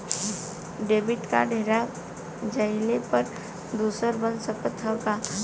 Debit card हेरा जइले पर दूसर बन सकत ह का?